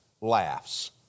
laughs